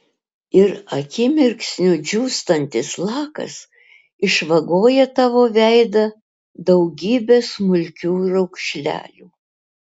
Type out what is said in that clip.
ir akimirksniu džiūstantis lakas išvagoja tavo veidą daugybe smulkių raukšlelių